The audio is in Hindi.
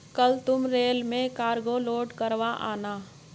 कल तुम रेल में कार्गो लोड करवा आना